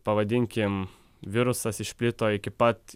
pavadinkim virusas išplito iki pat